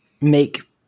make